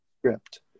script